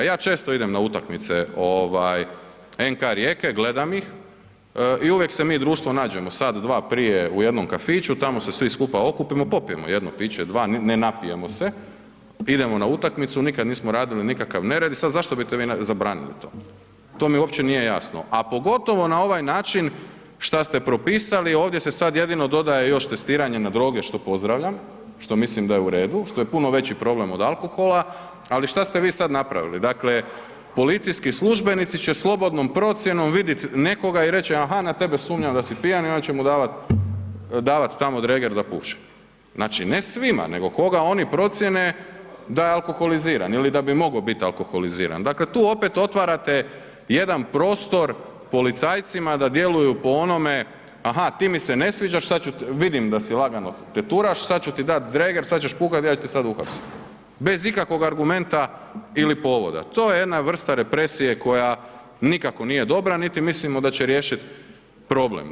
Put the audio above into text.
Ja često idem na utakmice ovaj NK Rijeka i gledam ih i uvijek se mi društvo nađemo sat dva prije u jednom kafiću, tamo se svi skupa okupimo, popijemo jedno piće, dva, ne napijemo se, idemo na utakmicu, nikad nismo radili nikakav nered i sad zašto bi nam vi zabranili to, to mi uopće nije jasno, a pogotovo na ovaj način šta ste propisali, ovdje se sad jedino dodaje još testiranje na droge, što pozdravljam, što mislim da je u redu, što je puno veći problem od alkohola, ali šta ste vi sad napravili, dakle policijski službenici će slobodnom procijenom vidit nekoga i reć aha na tebe sumnjam da si pijan i onda će mu davat, davat tamo dreger da puše, znači ne svima nego koga oni procijene da je alkoholiziran ili da bi mogo bit alkoholiziran, dakle tu opet otvarate jedan prostor policajcima da djeluju po onome aha ti mi se ne sviđaš, sad ću, vidim da si, lagano teturaš, sad ću ti dat dreger, sad ćeš puhat, ja ću te sad uhapsit, bez ikakvog argumenta ili povoda, to je jedna vrsta represije koja nikako nije dobra, niti mislimo da će riješiti problem.